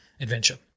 adventure